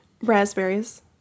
Raspberries